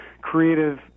creative